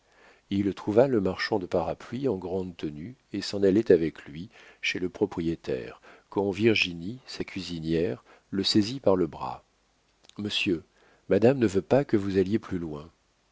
il trouva le marchand de parapluies en grande tenue et s'en allait avec lui chez le propriétaire quand virginie sa cuisinière le saisit par le bras monsieur madame ne veut pas que vous alliez plus loin